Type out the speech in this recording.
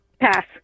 Pass